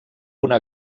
una